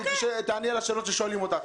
תעני על השאלות ששואלים אותך.